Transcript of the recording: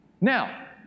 Now